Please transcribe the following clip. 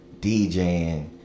DJing